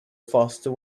faster